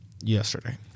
yesterday